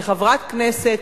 כחברת הכנסת,